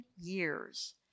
years